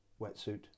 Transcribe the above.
wetsuit